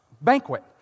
banquet